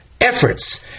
efforts